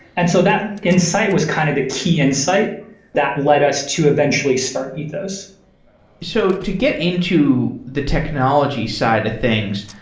and so that insight was kind of the key insight that led us to eventually start ethos so to get into the technology side of things,